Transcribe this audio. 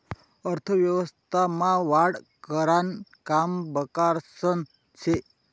अर्थव्यवस्था मा वाढ करानं काम बॅकासनं से